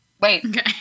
Wait